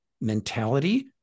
mentality